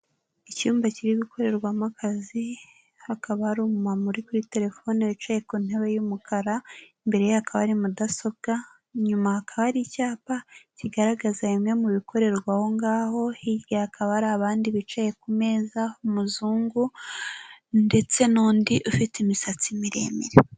Icyumba kiri gukorerwamo akazi, hakaba hari umumama uri kuri telefone yicaye ku ntebe y'umukara, imbere ye hakaba hari mudasobwa, inyuma hakaba hari icyapa kigaragaza bimwe mu bikorerwa aho ngaho, hirya hakaba hari abandi bicaye ku meza, umuzungu ndetse n'undi ufite imisatsi miremire.